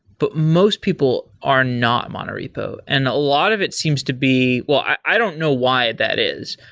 but most people are not mono repo, and a lot of it seems to be well, i don't know why that is,